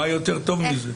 מה יותר טוב מזה?